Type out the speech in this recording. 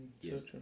Yes